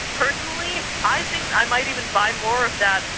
personally i think i might even buy more of that,